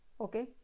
okay